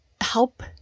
help